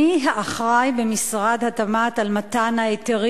מי האחראי במשרד התמ"ת על מתן ההיתרים